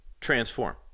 transform